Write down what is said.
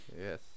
Yes